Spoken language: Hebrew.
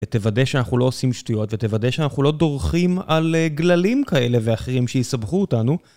ותוודא שאנחנו לא עושים שטויות ותוודא שאנחנו לא דורכים על גללים כאלה ואחרים שיסבכו אותנו.